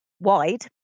wide